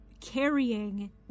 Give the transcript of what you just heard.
carrying